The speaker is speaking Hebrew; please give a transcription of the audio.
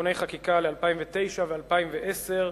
תיקוני חקיקה ל-2009 ו-2010,